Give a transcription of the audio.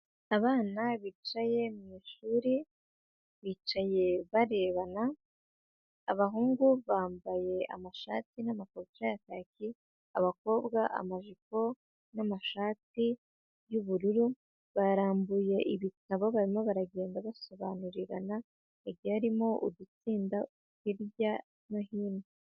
Abana bicaye mu ishuri bicaye barebana, abahungu bambaye amashati n'amakabutura ya kaki, abakobwa amajipo n'amashati y'ubururu, barambuye ibitabo barimo baragenda basobanurirana, bagiye barimo udutsinda hirya no hino.